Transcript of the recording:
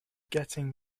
getting